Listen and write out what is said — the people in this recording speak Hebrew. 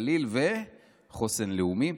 גליל וחוסן לאומי.